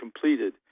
completed